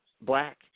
black